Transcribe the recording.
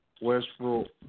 Westbrook